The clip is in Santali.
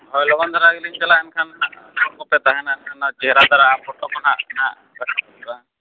ᱦᱳᱭ ᱞᱚᱜᱚᱱ ᱫᱷᱟᱨᱟ ᱜᱮᱞᱤᱧ ᱪᱟᱞᱟᱜᱼᱟ ᱮᱱᱠᱷᱟᱱ ᱱᱟᱜ ᱥᱟᱱᱟᱢ ᱠᱚᱯᱮ ᱛᱟᱦᱮᱱᱟ ᱮᱱᱠᱷᱟᱱ ᱪᱮᱦᱨᱟ ᱫᱷᱟᱨᱟ ᱨᱮᱱᱟᱜ ᱯᱷᱚᱴᱳ ᱠᱚ ᱱᱟᱜ ᱤᱧᱟᱹᱜ ᱞᱟᱹᱠᱛᱤᱜᱼᱟ